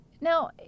now